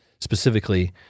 specifically